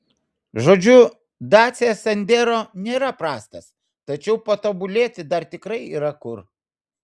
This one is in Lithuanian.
žodžiu dacia sandero nėra prastas tačiau patobulėti dar tikrai yra kur